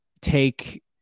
take